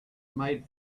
made